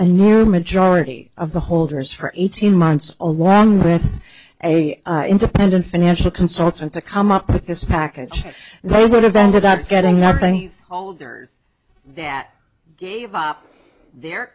a new majority of the holders for eighteen months along with a independent financial consultant to come up with this package they would have ended up getting nothing holders that gave up their